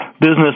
business